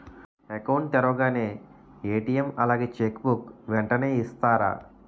Account తెరవగానే ATM అలాగే cheque book వెంటనే ఇస్తారా?